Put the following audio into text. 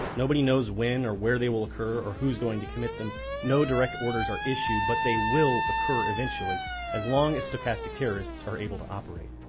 nobody knows when or where they will occur or who's going to commit them no direct orders are issued, but they will occur eventually as long as stochastic terrorists are able to operate.